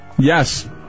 Yes